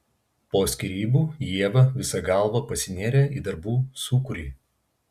po skyrybų ieva visa galva pasinėrė į darbų sūkurį